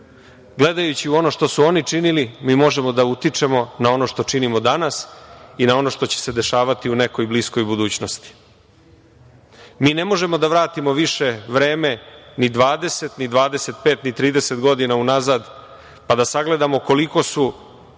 Gledajući u ono što su oni činili, mi možemo da utičemo na ono što činimo danas i na ono što će se dešavati u nekoj bliskoj budućnosti. Mi ne možemo da vratimo više vreme ni 20, ni 25, ni 30 godina unazad pa da sagledamo koliko su,